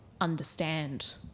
understand